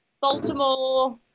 baltimore